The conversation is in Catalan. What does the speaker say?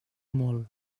molt